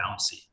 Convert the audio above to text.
bouncy